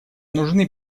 нужны